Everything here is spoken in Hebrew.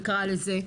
נקרא לזה,